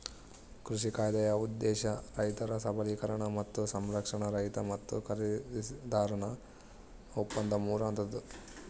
ಕೃಷಿ ಕಾಯ್ದೆಯ ಉದ್ದೇಶ ರೈತರ ಸಬಲೀಕರಣ ಮತ್ತು ಸಂರಕ್ಷಣೆ ರೈತ ಮತ್ತು ಖರೀದಿದಾರನ ಒಪ್ಪಂದ ಮೂರು ಹಂತದ್ದು